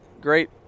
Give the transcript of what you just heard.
great